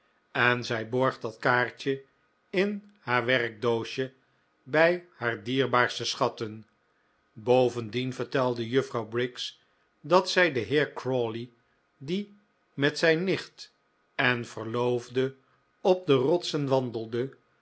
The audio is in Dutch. en zij borg dat kaartje in haar werkdoosje bij haar dierbaarste schatten bovendien vertelde juffrouw briggs dat zij den heer crawley die met zijn nicht en verloofde op de rotsen